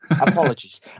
apologies